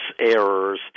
errors